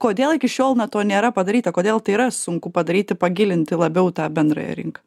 kodėl iki šiol na to nėra padaryta kodėl tai yra sunku padaryti pagilinti labiau tą bendrąją rinką